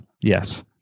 yes